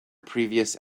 previous